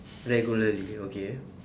regularly okay